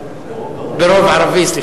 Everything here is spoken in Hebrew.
סליחה, ברוב ערבי.